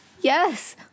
Yes